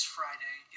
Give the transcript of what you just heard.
Friday